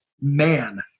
man